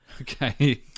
okay